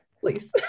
please